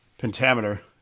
pentameter